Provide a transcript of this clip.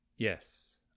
Yes